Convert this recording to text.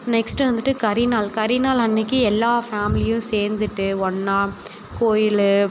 next வந்துட்டு கரிநாள் கரிநாள் அன்றைக்கு எல்லா ஃபேமிலியும் சேர்ந்துட்டு ஒன்றா கோயில்